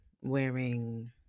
wearing